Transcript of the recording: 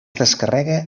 descarrega